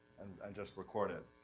and just record it.